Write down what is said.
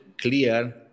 clear